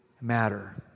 matter